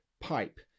pipe